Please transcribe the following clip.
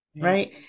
right